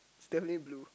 is definitely blue